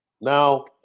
Now